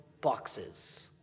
boxes—